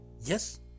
Yes